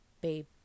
babe